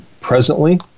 presently